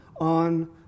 on